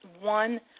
one